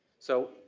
so,